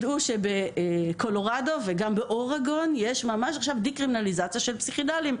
בקולורדו וגם באורגון יש עכשיו דה-קרימינליזציה של פסיכדליים.